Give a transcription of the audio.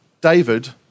David